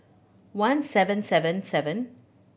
one seven seven seven